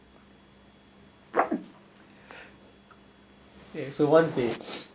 kay so once they